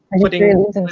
Putting